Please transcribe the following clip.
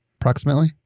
approximately